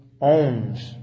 owns